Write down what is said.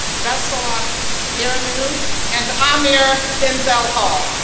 beselot birhanu and amir denzel hall.